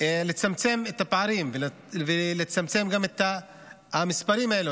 לצמצם את הפערים ולצמצם גם את המספרים האלו.